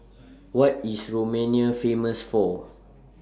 What IS Romania Famous For